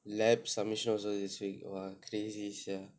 lab submission also this week !wah! crazy sia